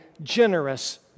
generous